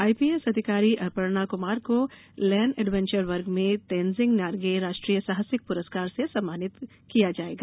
IPS अधिकारी अपर्णा कुमार को land adventure वर्ग में तेनजिंग नार्गे राष्ट्रीय साहसिक पुरस्कार से सम्मानित किया जाएगा